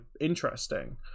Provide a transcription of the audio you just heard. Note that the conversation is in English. interesting